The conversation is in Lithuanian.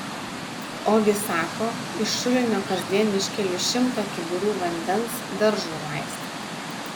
ogi sako iš šulinio kasdien iškeliu šimtą kibirų vandens daržui laistyti